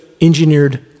engineered